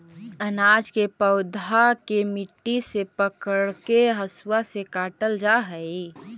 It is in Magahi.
अनाज के पौधा के मुट्ठी से पकड़के हसुआ से काटल जा हई